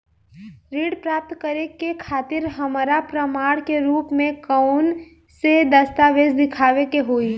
ऋण प्राप्त करे के खातिर हमरा प्रमाण के रूप में कउन से दस्तावेज़ दिखावे के होइ?